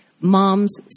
Moms